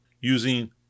using